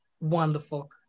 wonderful